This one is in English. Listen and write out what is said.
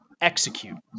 Execute